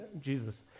Jesus